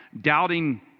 Doubting